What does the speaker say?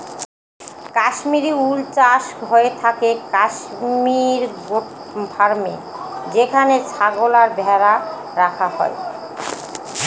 Kashmiri wool চাষ হয়ে থাকে কাশ্মির গোট ফার্মে যেখানে ছাগল আর ভেড়া রাখা হয়